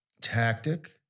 tactic